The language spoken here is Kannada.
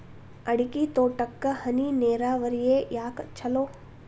ಅಡಿಕೆ ತೋಟಕ್ಕ ಹನಿ ನೇರಾವರಿಯೇ ಯಾಕ ಛಲೋ?